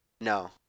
No